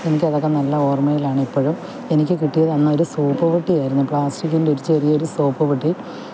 എനിക്കതൊക്കെ നല്ല ഓര്മ്മയിലാണ് ഇപ്പഴും എനിക്ക് കിട്ടിയതന്നൊരു സോപ്പ് പെട്ടിയാരുന്നു പ്ലാസ്റ്റിക്കിന്റ്റൊരു ചെറിയൊരു സോപ്പ് പെട്ടി